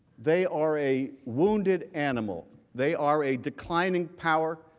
they are a wounded animal, they are a declining power,